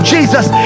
Jesus